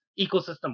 ecosystem